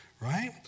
right